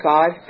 God